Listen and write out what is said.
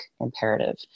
imperative